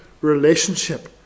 relationship